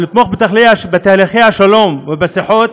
אבל לתמוך בתהליכי השלום ובשיחות